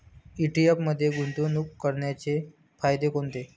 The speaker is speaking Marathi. ई.टी.एफ मध्ये गुंतवणूक करण्याचे फायदे कोणते?